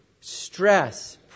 stress